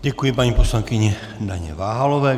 Děkuji paní poslankyni Daně Váhalové.